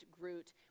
Groot